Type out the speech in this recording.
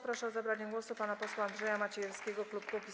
Proszę o zabranie głosu pana posła Andrzeja Maciejewskiego, klub Kukiz’15.